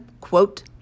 quote